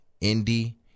Indy